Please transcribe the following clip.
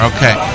Okay